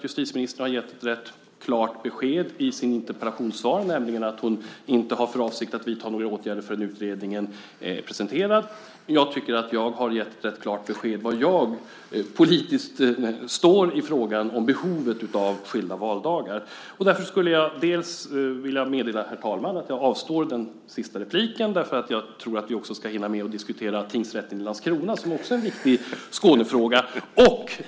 Justitieministern har gett ett rätt klart besked i sitt interpellationssvar, nämligen att hon inte har för avsikt att vidta några åtgärder förrän utredningen är presenterad. Jag tycker att också jag har gett ett rätt klart besked om var jag politiskt står i frågan om behovet av skilda valdagar. Därför skulle jag vilja meddela herr talman att jag avstår från den sista repliken. Vi ska ju hinna med att diskutera tingsrätten i Landskrona, som också är en viktig Skånefråga.